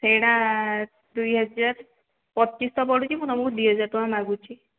ସେଇଟା ଦୁଇ ହଜାର ପଚିଶ ଶହ ପଡ଼ୁଛି ମୁ ତୁମକୁ ଦୁଇ ହଜାର ଟଙ୍କା ମାଗୁଛି